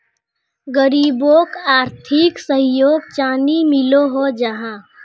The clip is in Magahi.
गरीबोक आर्थिक सहयोग चानी मिलोहो जाहा?